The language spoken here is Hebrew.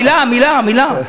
מילה, מילה.